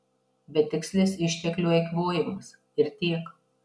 betikslis išteklių eikvojimas ir tiek